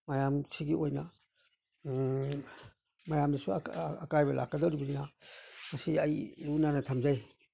ꯃꯌꯥꯝꯁꯤꯒꯤ ꯑꯣꯏꯅ ꯃꯌꯥꯝꯗꯁꯨ ꯑꯀꯥꯏꯕ ꯂꯥꯛꯀꯗꯣꯔꯤꯕꯅꯤꯅ ꯃꯁꯤ ꯑꯩ ꯂꯨ ꯅꯥꯟꯅ ꯊꯝꯖꯩ